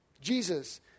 Jesus